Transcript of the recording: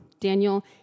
Daniel